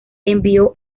envió